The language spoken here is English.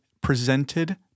presented